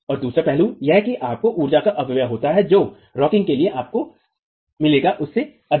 दूसरा पहलू यह है कि आपको ऊर्जा का अपव्यय होता है जो कठोरतारॉकिंग के लिए आपको मिलेगा उससे अधिक है